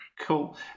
Cool